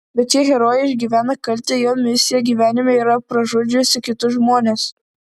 bet šie herojai išgyvena kaltę jo misija gyvenime yra pražudžiusi kitus žmones